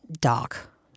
dark